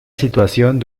situación